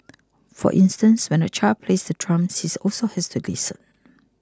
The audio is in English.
for instance when a child plays the drums he also has to listen